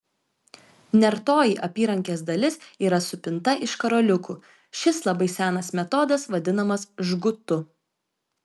nertoji apyrankės dalis yra supinta iš karoliukų šis labai senas metodas vadinamas žgutu